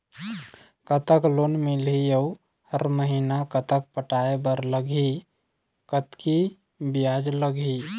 कतक लोन मिलही अऊ हर महीना कतक पटाए बर लगही, कतकी ब्याज लगही?